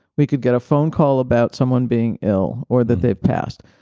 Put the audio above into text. we could get a phone call about someone being ill or that they've passed.